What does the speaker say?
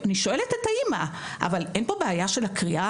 שואלת את האמא: 'אבל אין פה בעיה של הקריאה?